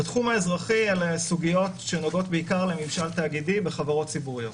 בתחום האזרחי אלה סוגיות שנוגעות בעיקר לממשל תאגידי וחברות ציבוריות.